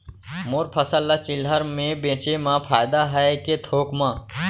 मोर फसल ल चिल्हर में बेचे म फायदा है के थोक म?